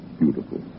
beautiful